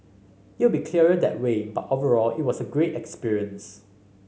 it will be clearer that way but overall it was a great experience